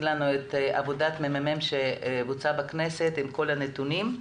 לנו את עבודת הממ"מ שבוצעה בכנסת עם כל הנתונים.